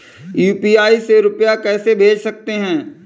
UPI से रुपया कैसे भेज सकते हैं?